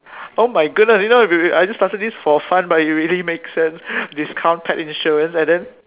oh my goodness you know I just started this for fun but it really make sense discount pet insurance and then